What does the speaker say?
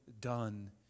done